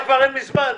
פנסיה כבר אין מזמן.